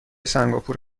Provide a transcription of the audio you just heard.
سنگاپور